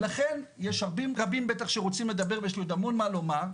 יש רבים בטח שרוצים לדבר ויש לי המון לומר,